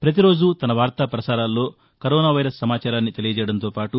పతి రోజు తన వార్తా ప్రసారాల్లో కరోనా వైరస్ సమాచారాన్ని తెలియజేయడంతో పాటు